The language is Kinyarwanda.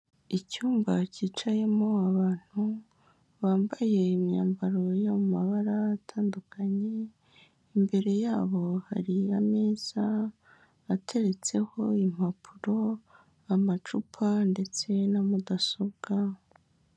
Icyumba cyicayemo abantu bambaye imyambaro y'amabara atandukanye, imbere yabo hari ameza ateretseho impapuro amacupa ndetse na mudasobwa.